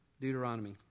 Deuteronomy